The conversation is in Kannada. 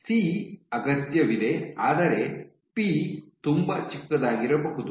ಸಿ ಅಗತ್ಯವಿದೆ ಆದರೆ ಪಿ ತುಂಬಾ ಚಿಕ್ಕದಾಗಿರಬಹುದು